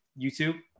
YouTube